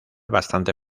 bastante